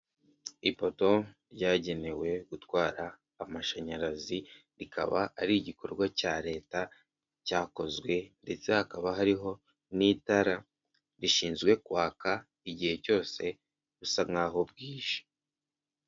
Ipoto ryagenewe gutwara amashanyarazi, rikaba ari igikorwa cya leta cyakozwe ndetse hakaba hariho n'itara rishinzwe kwaka igihe cyose busa nk'aho bwije.